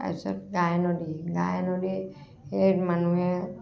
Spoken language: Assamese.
তাৰ পিছত গাইনদী গাইনদীত মানুহে